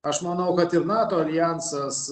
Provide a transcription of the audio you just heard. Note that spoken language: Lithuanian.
aš manau kad ir nato aljansas